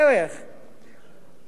לצערנו הרב,